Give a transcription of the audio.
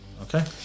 Okay